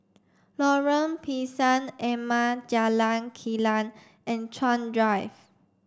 Lorong Pisang Emas Jalan Kilang and Chuan Drive